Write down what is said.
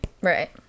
Right